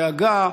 דאגה,